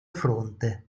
fronte